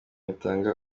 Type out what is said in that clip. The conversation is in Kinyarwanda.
itanga